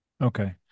okay